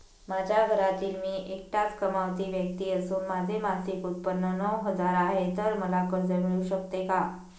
माझ्या घरातील मी एकटाच कमावती व्यक्ती असून माझे मासिक उत्त्पन्न नऊ हजार आहे, तर मला कर्ज मिळू शकते का?